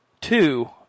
Two